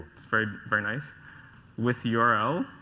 it's very very nice with the url.